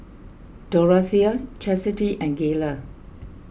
Dorathea Chastity and Gayla